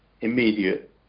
immediate